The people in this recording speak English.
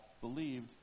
believed